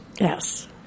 yes